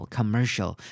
commercial